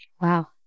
Wow